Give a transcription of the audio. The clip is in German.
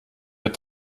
hat